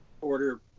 order